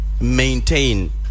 maintain